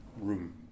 room